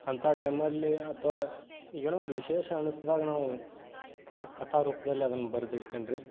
ಅಂತಾ ಟೈಮಲ್ಲಿ ಅಥವಾ ಏನೋ ಒಂದು ವಿಶೇಷ ಅನಸ್ದಾಗ ನಾವು ಕಥಾರೂಪದಲ್ಲಿ ಅದನ್ನು ಬರೆದಿಡ್ತೇನ್ರಿ